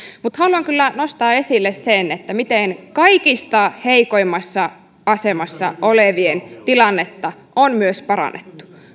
mutta haluan kyllä nostaa esille sen miten kaikista heikoimmassa asemassa olevien tilannetta on myös parannettu